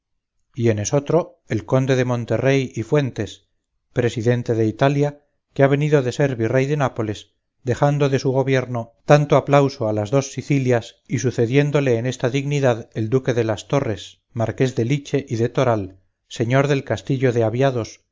y en esotro el conde de monterrey y fuentes presidente de italia que ha venido de ser virrey de nápoles dejando de su gobierno tanto aplauso a las dos sicilias y sucediéndole en esta dignidad el duque de las torres marqués de liche y de toral señor del castillo de aviados